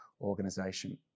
organization